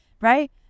right